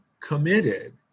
committed